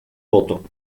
voto